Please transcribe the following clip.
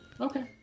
okay